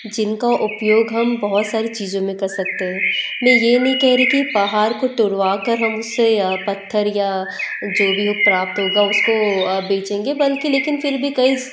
जिनका उपयोग हम बहुत सारी चीजों में कर सकते हैं मैं ये नहीं कह रही कि पहाड़ को तुड़वा कर हम उससे पत्थर या जो भी हो प्राप्त होगा उसको बेचेंगे बल्कि लेकिन फिर भी कई